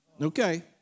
Okay